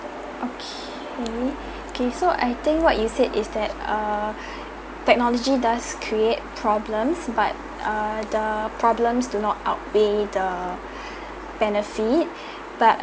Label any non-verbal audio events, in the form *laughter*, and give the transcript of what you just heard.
okay *breath* K so I think what you said is that err technology does create problems but err the problem do not outweigh the *breath* benefits *breath* but